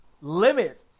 limit